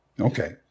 Okay